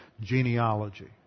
genealogy